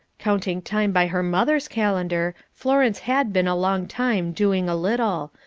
counting time by her mother's calendar, florence had been a long time doing a little,